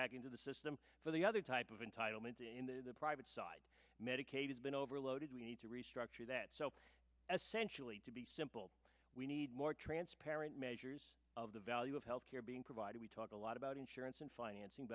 back into the system for the other type of entitlements in the private side medicaid has been overloaded we need to restructure that so essential to be simple we need more transparent measures of the value of health care being provided we talk a lot about insurance and financing